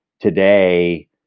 today